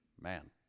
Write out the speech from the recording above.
man